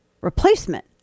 replacement